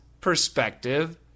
perspective